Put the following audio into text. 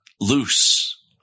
loose